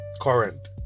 current